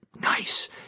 nice